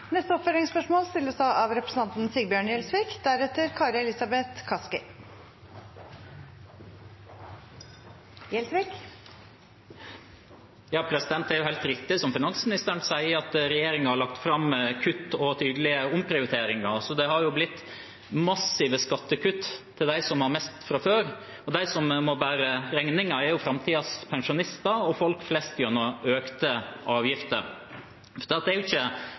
oppfølgingsspørsmål. Det er helt riktig som finansministeren sier, at regjeringen har lagt fram kutt og tydelige omprioriteringer. Det har blitt massive skattekutt til dem som har mest fra før, og de som må bære regningen, er framtidens pensjonister og folk flest gjennom økte avgifter. Det er ikke bare slik at